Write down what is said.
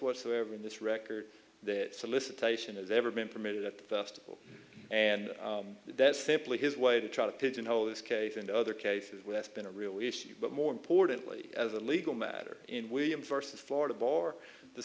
whatsoever in this record that solicitation has ever been permitted at the festival and that's simply his way to try to pigeonhole this case into other cases where it's been a real issue but more importantly as a legal matter in william versus florida bar the